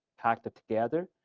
packed together.